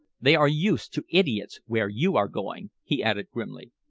they are used to idiots where you are going, he added grimly.